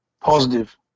positive